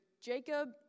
Jacob